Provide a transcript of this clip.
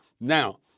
Now